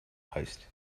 host